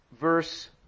verse